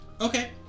Okay